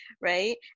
right